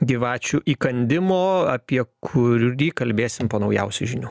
gyvačių įkandimo apie kurį kalbėsim po naujausių žinių